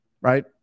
right